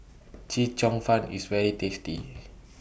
Chee Cheong Fun IS very tasty